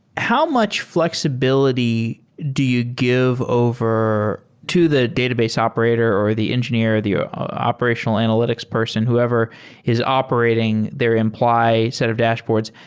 how much fl exibility do you give over to the database operator or the engineer or the operational analytics person, whoever is operating their imply set of dashboards?